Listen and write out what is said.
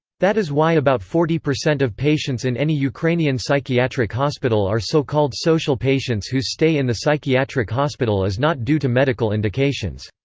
that is why about forty percent of patients in any ukrainian psychiatric hospital are so-called social patients whose stay in the psychiatric hospital is not due to medical indications.